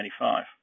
1995